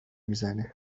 میزنه